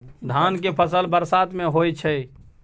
धान के फसल बरसात में होय छै?